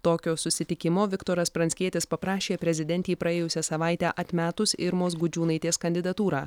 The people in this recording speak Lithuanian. tokio susitikimo viktoras pranckietis paprašė prezidentei praėjusią savaitę atmetus irmos gudžiūnaitės kandidatūrą